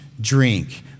drink